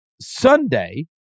Sunday